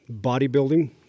bodybuilding